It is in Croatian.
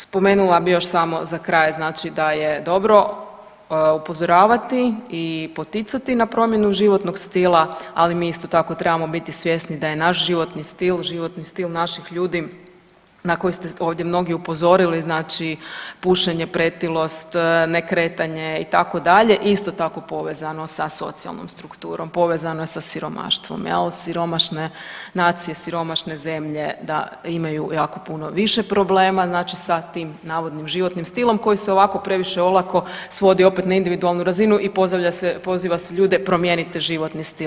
Spomenula bi još samo za kraj znači da je dobro upozoravati i poticati na promjenu životnog stila, ali mi isto tako trebamo biti svjesni da je naš životni stil, životni stil naših ljudi na koji ste ovdje mnogi upozorili znači pušenje, pretilost, nekretanje itd., isto tako povezano sa socijalnom strukturom, povezana sa siromaštvom jel siromašne nacije, siromašne zemlje da imaju jako puno više problema znači sa tim navodnim životnim stilom koji se ovako previše olako svodi opet na individualnu razinu i pozdravlja se, poziva se ljude promijenite životni stil.